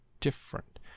different